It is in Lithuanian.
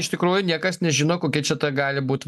iš tikrųjų niekas nežino kokia čia ta gali būt